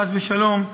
חס ושלום,